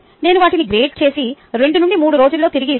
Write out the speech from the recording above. నేను వాటిని గ్రేడ్ చేసి 2 నుండి 3 రోజుల్లో తిరిగి ఇస్తాను